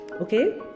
Okay